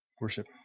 worship